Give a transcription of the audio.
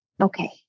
Okay